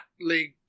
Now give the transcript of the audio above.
league